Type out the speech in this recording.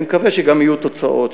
אני מקווה שגם יהיו תוצאות.